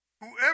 Whoever